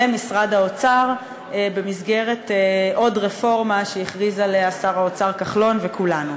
למשרד האוצר במסגרת עוד רפורמה שהכריזו עליה שר האוצר כחלון וכולנו.